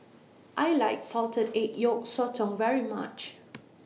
I like Salted Egg Yolk Sotong very much